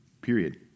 period